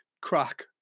crack